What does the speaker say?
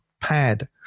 pad